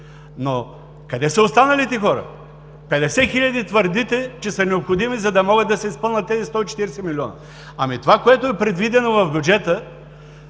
Но къде са останалите хора? Твърдите, че 50 хиляди са необходими, за да могат да се изпълнят тези 140 милиона. Ами, това, което е предвидено в бюджета